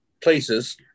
places